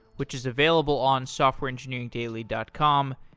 which is available on softwareengineeringdaily dot com.